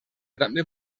també